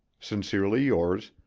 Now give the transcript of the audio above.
sincerely yours,